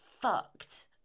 fucked